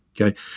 Okay